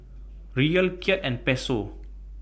Riyal Kyat and Peso